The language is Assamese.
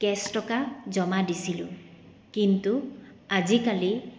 কেছ টকা জমা দিছিলোঁ কিন্তু আজিকালি